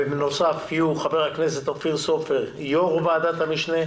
בנוסף יהיו חבר הכנסת אופיר סופר יו"ר ועדת המשנה,